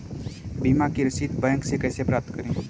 बीमा की रसीद बैंक से कैसे प्राप्त करें?